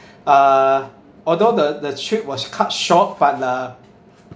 uh although the the trip was cut short but uh